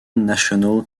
national